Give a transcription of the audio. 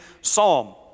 psalm